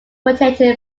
potato